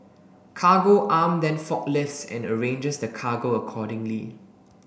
Cargo Arm then forklifts and arranges the cargo accordingly